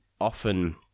often